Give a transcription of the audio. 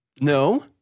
No